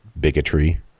bigotry